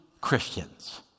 Christians